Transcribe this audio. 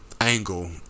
angle